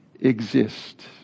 exist